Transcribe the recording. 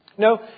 No